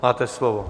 Máte slovo.